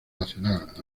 nacional